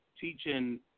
teaching